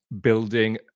building